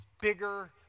bigger